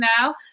now